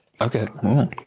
Okay